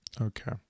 Okay